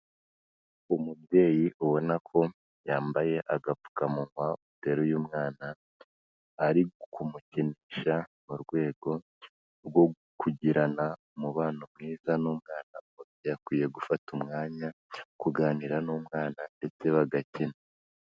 Umubyeyi ubona ko yambaye agapfukamunwa, uteruye umwana ari kumukinisha mu rwego rwo kugirana umubano mwiza n'umwana, umubyeyi akwiye gufata umwanya wo kuganira n'umwana ndetse bagakina.